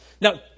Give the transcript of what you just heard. Now